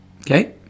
Okay